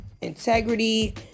integrity